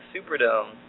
Superdome